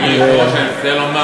אדוני היושב-ראש, אני מצטער לומר,